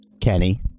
Kenny